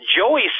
Joey